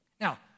Now